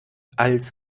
als